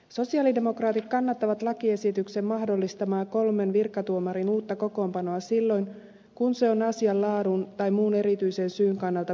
sosialidemokraatit kannattavat lakiesityksen mahdollistamaa kolmen virkatuomarin uutta kokoonpanoa silloin kun se on asian laadun tai muun erityisen syyn kannalta perusteltua